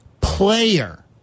player